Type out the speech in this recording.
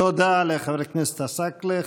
תודה לחבר הכנסת עסאקלה.